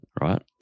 Right